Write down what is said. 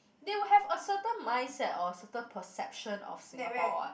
they would have a certain mindset or a certain perception of Singapore what